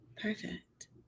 perfect